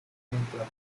mientras